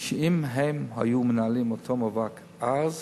שאם הם היו מנהלים אותו מאבק אז,